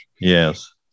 Yes